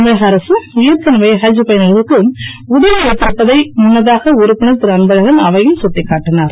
தமிழக அரசு ஏற்களவே ஹத் பயணிகளுக்கு உதவி அளித்திருப்பதை முன்னதாக உறுப்பினர் திருஅன்பழகன் அவையில் சுட்டிக் காட்டினுர்